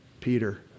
Peter